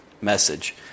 message